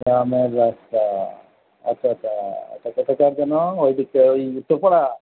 আচ্ছা আচ্ছা আচ্ছা এটা কোথাকার যেন ওইদিকে ওই উত্তরপাড়া